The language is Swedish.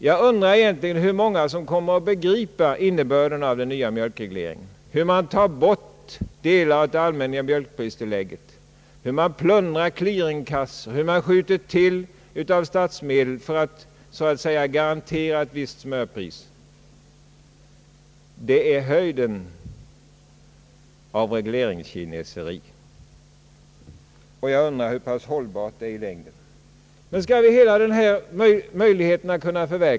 Jag undrar hur många som egentligen kommer att begripa innebörden av den nya mjölkregleringen, hur man tar bort delar av allmänna mjölkpristillägget men plundrar clearingkassan och skjuter till av statsmedel för att garantera ett visst smörpris — det är höjden av regleringskineseri. Jag undrar hur pass hållbart det är i längden.